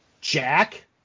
Jack